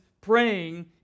praying